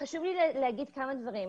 חשוב לי לומר כמה דברים.